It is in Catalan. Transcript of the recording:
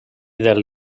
del